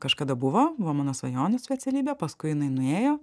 kažkada buvo buvo mano svajonių specialybė paskui jinai nuėjo